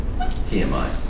TMI